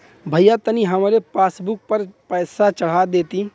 भईया तनि हमरे पासबुक पर पैसा चढ़ा देती